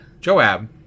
Joab